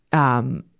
um,